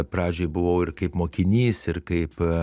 pradžioj buvau ir kaip mokinys ir kaip